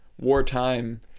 wartime